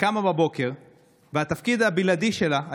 שקמה בבוקר והתפקיד הבלעדי שלה,